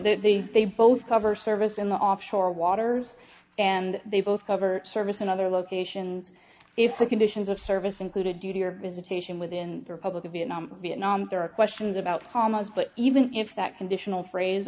the they both cover service in the offshore waters and they both covered service in other locations if the conditions of service included duty or visitation within the republican vietnam vietnam there are questions about thomas but even if that conditional phrase